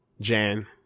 Jan